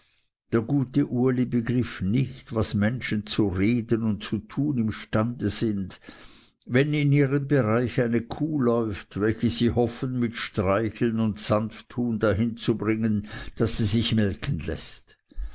der gute uli begriff nicht was menschen zu reden und zu tun imstande sind wenn in ihren bereich eine kuh läuft welche sie hoffen mit streicheln und sanfttun dahin zu bringen daß sie sich melken läßt